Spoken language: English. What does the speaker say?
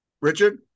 Richard